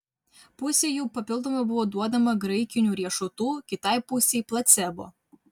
pusei jų papildomai buvo duodama graikinių riešutų kitai pusei placebo